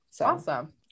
Awesome